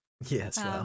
Yes